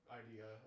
idea